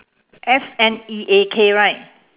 S N E A K right